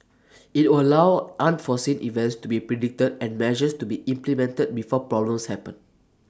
IT will allow unforeseen events to be predicted and measures to be implemented before problems happen